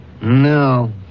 No